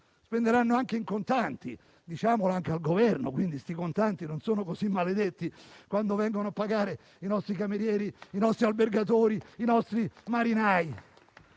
spenderanno anche in contanti. Diciamolo anche al Governo: i contanti non sono poi così maledetti quando vengono a pagare i nostri camerieri, i nostri albergatori, i nostri marinai.